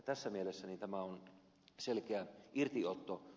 tässä mielessä tämä on selkeä irtiotto